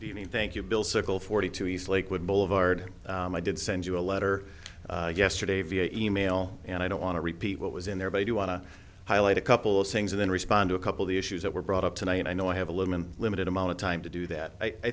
you mean thank you bill circle forty two east lakewood boulevard i did send you a letter yesterday via e mail and i don't want to repeat what was in there but i do want to highlight a couple of things and then respond to a couple the issues that were brought up tonight i know i have a limited limited amount of time to do that i